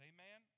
Amen